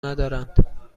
ندارند